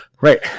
Right